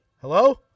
Hello